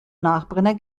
nachbrenner